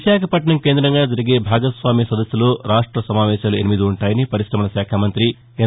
విశాఖపట్నం కేంద్రంగా జరిగే భాగస్వామ్య సదస్సులో రాష్ట్ర సమావేశాలు ఎనిమిది ఉ ంటాయని పరిశమల శాఖ మంతి ఎన్